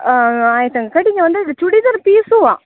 ಹಾಂ ಆಯ್ತಂತ ಕಡೆಗೆ ಒಂದು ಚೂಡಿದಾರ್ ಪೀಸುವ